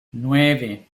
nueve